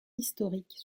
historique